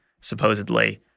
supposedly